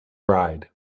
ride